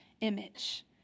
image